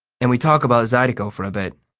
and we talk about zydeco for a bit.